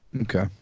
Okay